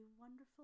wonderful